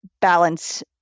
balance